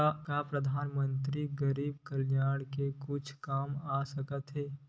का परधानमंतरी गरीब कल्याण के कुछु काम आ सकत हे